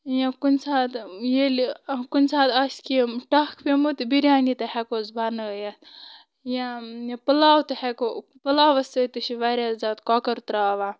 یا کُنہِ ساتہٕ ییٚلہِ یا کُنہِ ساتہٕ آسہِ کیٚنٛہہ ٹکھ پیٚومُت بریانی تہِ ہٮ۪کہٕ ہوس بنٲیِتھ یا پۄلاو تہِ ہٮ۪کَو پۄلاوَس سۭتۍ تہِ چھِ واریاہ زیادٕ کۄکَر تراوان